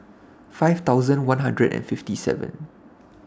five thousand one hundred and fifty seven